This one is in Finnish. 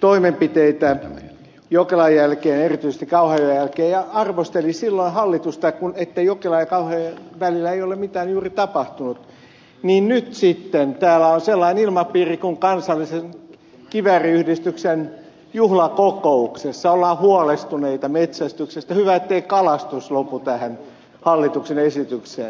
toimenpiteitä jokelan jälkeen erityisesti kauhajoen jälkeen ja arvosteli silloin hallitusta ettei jokelan ja kauhajoen välillä ole juuri mitään tapahtunut niin nyt sitten täällä on sellainen ilmapiiri kuin kansallisen kivääriyhdistyksen juhlakokouksessa ollaan huolestuneita metsästyksestä hyvä ettei kalastus lopu tähän hallituksen esitykseen